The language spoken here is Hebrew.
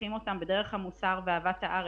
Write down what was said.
מחנכים אותם בדרך המוסר ואהבת הארץ,